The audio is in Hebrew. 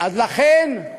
לכן,